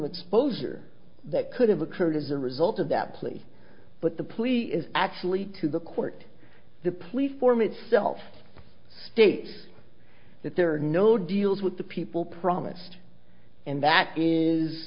exposure that could have occurred as a result of that plea but the plea is actually to the court the plea for me itself state that there are no deals with the people promised and that is